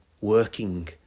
working